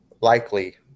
likely